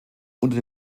unter